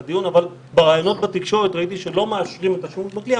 אבל בראיונות בתקשורת ראיתי שלא מאשרים את השימוש בכלי.